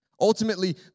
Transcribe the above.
Ultimately